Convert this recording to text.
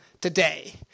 today